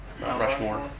Rushmore